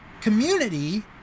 community